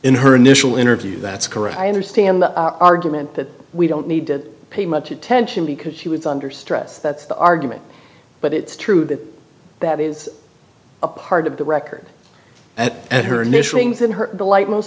in her initial interview that's correct i understand the argument that we don't need to pay much attention because she was under stress that's the argument but it's true that that is a part of the record and her initial things in her the light most